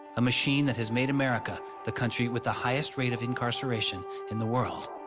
a machine that has made america the country with the highest rate of incarceration in the world.